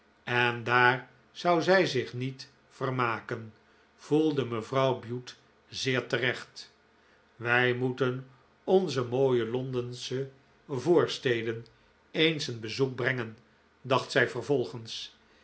en daar zou zij zich niet vermaken voelde mevrouw bute zeer terecht wij moeten onze mooie londensche voorsteden eens een bezoek brengen dacht zij vervolgens